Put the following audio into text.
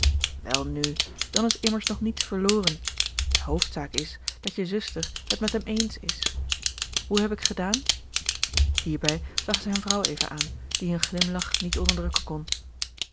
welnu dan is immers nog niets verloren de hoofdzaak is dat je zuster het met hem eens is hoe heb ik gedaan hierbij zag hij zijne vrouw even aan die een glimlach niet onderdrukken kon